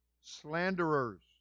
slanderers